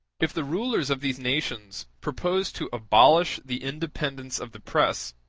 if the rulers of these nations propose to abolish the independence of the press,